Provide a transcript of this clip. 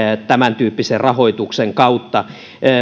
tämäntyyppisen rahoituksen kautta